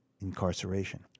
incarceration